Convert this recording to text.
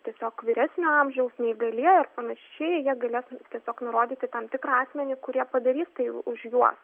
tiesiog vyresnio amžiaus neįgalieji ar panašiai jie galės tiesiog nurodyti tam tikrą asmenį kurie padarys tai už juos